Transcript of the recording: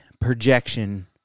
projection